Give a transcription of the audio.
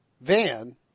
van